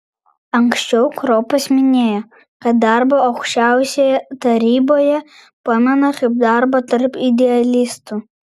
anksčiau kropas minėjo kad darbą aukščiausioje taryboje pamena kaip darbą tarp idealistų